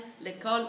l'école